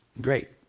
great